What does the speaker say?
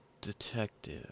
Detective